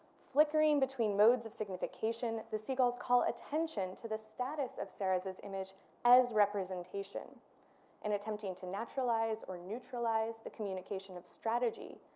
flickering between modes of signification the seagulls call attention to the status of serres' image as representation in attempting to naturalize or neutralize the communication of strategy.